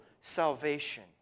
salvation